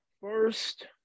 first